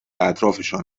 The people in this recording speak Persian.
اطرافشان